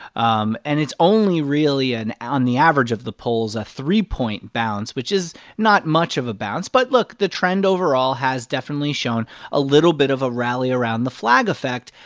um and it's only really, and on the average of the polls, a three-point bounce, which is not much of a bounce. but look the trend overall has definitely shown a little bit of a rally around the flag effect,